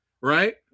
Right